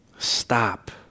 Stop